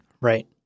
Right